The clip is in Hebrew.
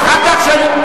אדוני.